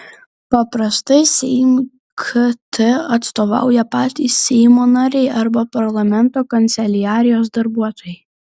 paprastai seimui kt atstovauja patys seimo nariai arba parlamento kanceliarijos darbuotojai